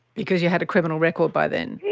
because you had a criminal record by then?